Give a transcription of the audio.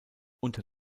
unter